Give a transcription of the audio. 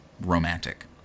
romantic